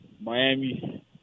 Miami